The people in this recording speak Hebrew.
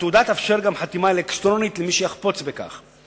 התעודה תאפשר גם חתימה אלקטרונית למי שיחפוץ בכך,